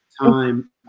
time